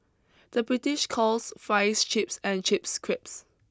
the British calls fries chips and chips creeps